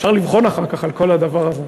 אפשר לבחון אחר כך על כל הדבר הזה.